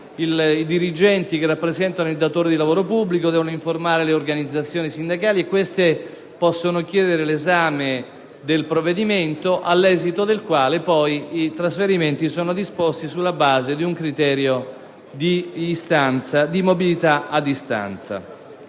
i dirigenti (che rappresentano il datore di lavoro pubblico) devono informare le organizzazioni sindacali e queste possono chiedere l'esame del provvedimento, all'esito del quale poi i trasferimenti sono disposti sulla base di un criterio di mobilità ad istanza.